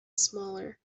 smaller